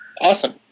awesome